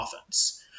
offense